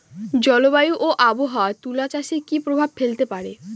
জলবায়ু ও আবহাওয়া তুলা চাষে কি প্রভাব ফেলতে পারে?